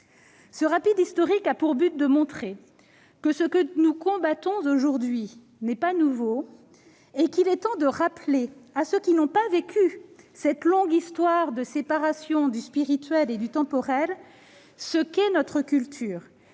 rapide avait pour but de montrer que ce que nous combattons aujourd'hui n'est pas nouveau. Il est temps de rappeler à ceux qui n'ont pas vécu cette longue histoire de séparation du spirituel et du temporel ... C'est-à-dire la